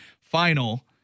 final